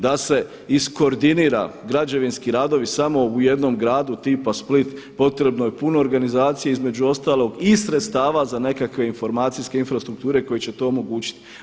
Da se iskoordinira građevinski radovi samo u jednom gradu tipa Split potrebno je puno organizacije između ostalog i sredstava za nekakve informacijske infrastrukture koje će to omogućiti.